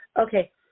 Okay